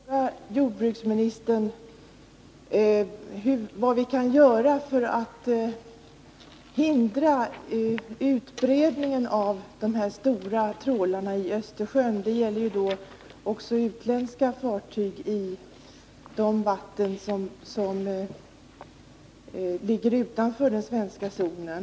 Herr talman! Jag vill då fråga jordbruksministern vad vi kan göra för att hindra ökningen av antalet stora trålare i Östersjön — det gäller ju också utländska fartyg i de vatten som ligger utanför den svenska zonen.